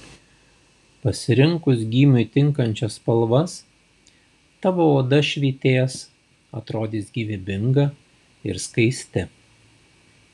pasirinkus gymiui tinkančias spalvas tavo oda švytės atrodys gyvybinga ir skaisti